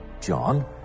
John